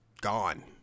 gone